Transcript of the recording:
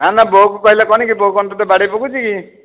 ଆଉ ନା ବୋଉ କୁ କହିଲେ କ'ଣ କି ବୋଉ କ'ଣ ତତେ ବାଡ଼େଇ ପକୋଉଛି କି